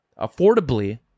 affordably